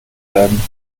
werden